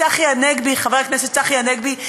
חבר הכנסת צחי הנגבי,